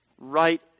Right